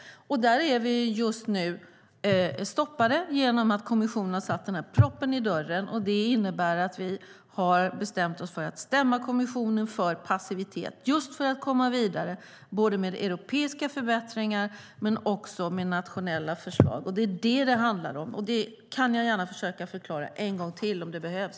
Där är vi stoppade just nu på grund av att kommissionen har satt en propp i dörren. Det innebär att vi har bestämt oss för att stämma kommissionen för passivitet, just för att komma vidare både med europeiska förbättringar och nationella förslag. Det är vad det handlar om. Det kan jag gärna försöka förklara en gång till om det behövs.